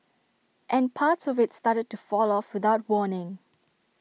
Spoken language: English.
and parts of IT started to fall off without warning